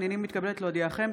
הינני מתכבדת להודיעכם,